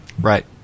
Right